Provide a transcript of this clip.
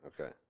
okay